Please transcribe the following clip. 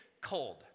cold